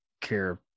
care